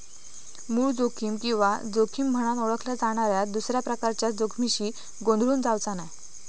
मूळ जोखीम किंमत जोखीम म्हनान ओळखल्या जाणाऱ्या दुसऱ्या प्रकारच्या जोखमीशी गोंधळून जावचा नाय